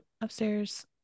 Upstairs